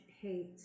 hate